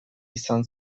izan